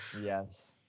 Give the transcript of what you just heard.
Yes